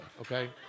okay